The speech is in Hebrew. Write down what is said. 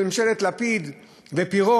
הייתה מדיניות של ממשלת לפיד ופירון: